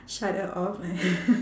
shut her off